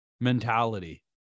mentality